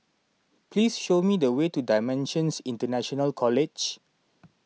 please show me the way to Dimensions International College